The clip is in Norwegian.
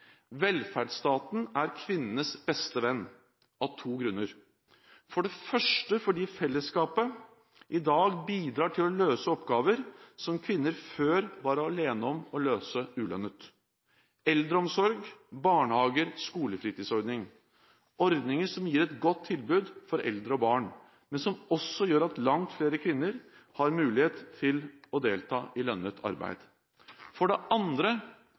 av to grunner kvinnenes beste venn: For det første fordi fellesskapet i dag bidrar til å løse oppgaver som kvinner før var alene om å løse, ulønnet, som eldreomsorg, barnehager, skolefritidsordning – ordninger som gir et godt tilbud for eldre og barn, men som også gjør at langt flere kvinner har mulighet til å delta i lønnet arbeid. For det andre